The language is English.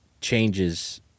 Changes